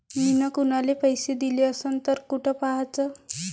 मिन कुनाले पैसे दिले असन तर कुठ पाहाचं?